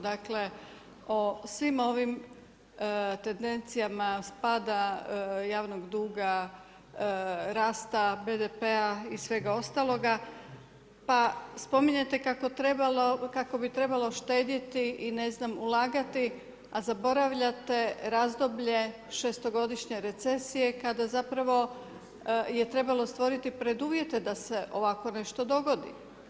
Dakle, o svim ovim tendencijama pada javnog duga, rasta BDP-a i svega ostaloga, pa spominjete kako bi trebalo štedjeti i ne zna ulagati, a zaboravljate razdoblje 6.-godišnje recesije kada zapravo je trebalo stvoriti preduvjete da se ovako nešto dogodi.